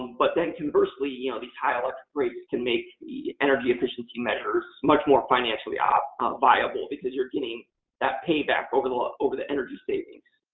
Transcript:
but then conversely, you know these high like rates can make energy efficiency measures much more financially ah ah viable because you're getting that payback over the ah over the energy savings